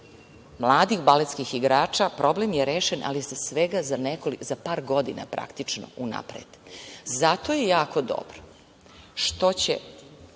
mladih baletskih igrača, problem je rešen, ali za praktično par godina unapred. Zato je jako dobro što ove